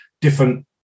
different